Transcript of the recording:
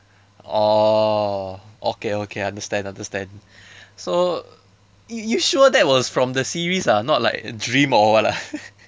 oh okay okay understand understand so you sure that was from the series ah not like dream or what ah